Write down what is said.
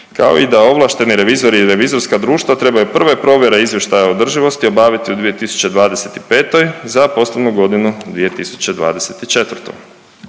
kao i da ovlašteni revizori i revizorska društva trebaju prve provjere izvještaja održivosti obaviti u 2025. za poslovnu godinu 2024.